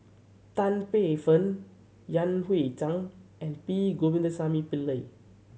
Tan Paey Fern Yan Hui Chang and P Govindasamy Pillai